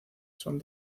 son